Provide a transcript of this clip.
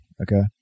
Okay